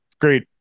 great